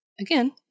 again